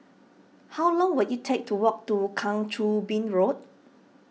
how long will it take to walk to Kang Choo Bin Road